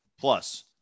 plus